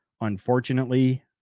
unfortunately